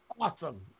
Awesome